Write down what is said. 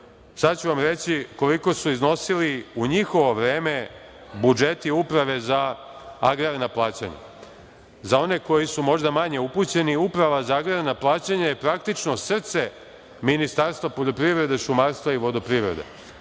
Sad ću vam reći koliko su iznosili u njihovo vreme budžeti Uprave za agrarna plaćanja. Za one koji su možda manje upućeni, Uprava za agrarna plaćanja je praktično srce Ministarstva poljoprivrede, šumarstva i vodoprivrede.